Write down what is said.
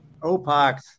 Opox